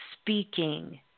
speaking